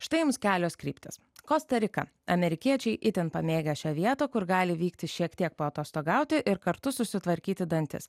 štai jums kelios kryptys kosta rika amerikiečiai itin pamėgę šią vietą kur gali vykti šiek tiek paatostogauti ir kartu susitvarkyti dantis